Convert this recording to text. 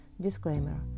Disclaimer